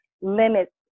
limits